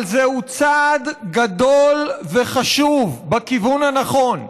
אבל זהו צעד גדול וחשוב בכיוון הנכון,